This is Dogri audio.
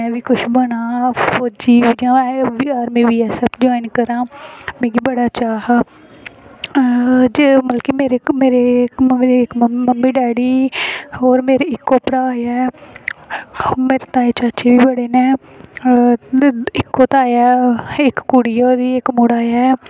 में बी कुछ बनांऽ फौज़ी में बी बीएसएफ ज्वाईन करांऽ मिगी बड़ा चाऽ हा मेरे इक्क मम्मी डैडी होर मेरा इक्को भ्राऽ ऐ मेरे ताये चाचे बड़े न इक्को ताया ऐ इक्क कुड़ी ओह्दी इक्क मुड़ा ऐ